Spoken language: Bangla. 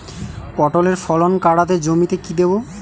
পটলের ফলন কাড়াতে জমিতে কি দেবো?